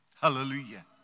Hallelujah